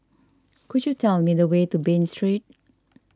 could you tell me the way to Bain Street